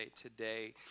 today